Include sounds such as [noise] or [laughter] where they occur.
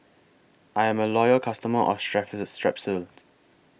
I'm A Loyal customer of [unintelligible] Strepsils